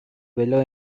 below